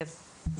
כן.